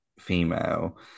female